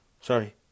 sorry